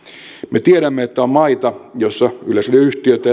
me tiedämme että on maita joissa yleisradioyhtiöitä